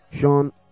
Sean